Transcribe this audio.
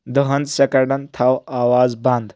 دَہَن سیٚکَنڈن تھاو آواز بنٛد